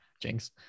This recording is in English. jinx